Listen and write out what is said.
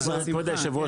כבוד יושב הראש,